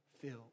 filled